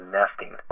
nesting